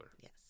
Yes